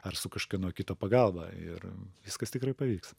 ar su kažkieno kito pagalba ir viskas tikrai pavyks